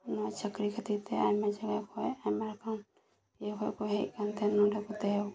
ᱱᱚᱣᱟ ᱪᱟᱹᱠᱨᱤ ᱠᱷᱟᱹᱛᱤᱨ ᱛᱮ ᱟᱭᱢᱟ ᱡᱟᱭᱜᱟ ᱠᱷᱚᱡ ᱟᱭᱢᱟ ᱨᱚᱠᱚᱢ ᱤᱭᱟᱹ ᱠᱷᱚᱡ ᱠᱚ ᱦᱮᱡ ᱠᱟᱱ ᱛᱟᱦᱮᱸᱫ ᱱᱚᱸᱰᱮ ᱠᱚ ᱛᱟᱦᱮᱸ ᱟ ᱠᱟᱱᱟ